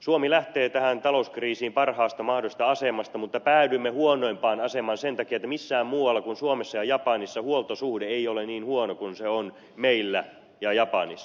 suomi lähtee tähän talouskriisin parhaasta mahdollisesta asemasta mutta päädymme huonoimpaan asemaan sen takia että missään muualla kuin suomessa ja japanissa huoltosuhde ei ole niin huono kuin se on meillä ja japanissa